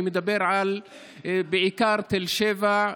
אני מדבר בעיקר על תל שבע,